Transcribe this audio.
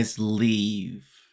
leave